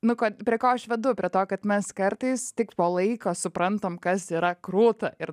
nu kad prie ko aš vedu prie to kad mes kartais tik po laiko suprantam kas yra krūta ir